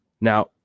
Now